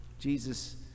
Jesus